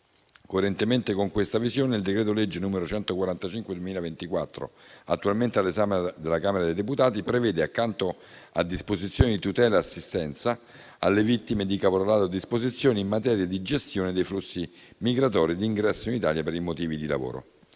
Coerentemente con questa visione, il decreto-legge n. 145 del 2024, attualmente all'esame della Camera dei deputati, prevede, accanto a disposizioni di tutela e assistenza alle vittime di caporalato, disposizioni in materia di gestione dei flussi migratori di ingresso in Italia per motivi di lavoro.